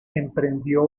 emprendió